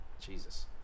Jesus